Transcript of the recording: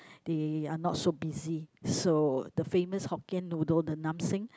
they are not so busy so the famous Hokkien noodle the Nam Seng